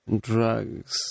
drugs